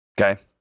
Okay